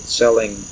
selling